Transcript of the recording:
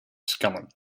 scannen